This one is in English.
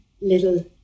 little